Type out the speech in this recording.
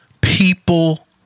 people